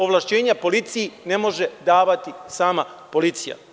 Ovlašćenja policiji ne može davati sama policija.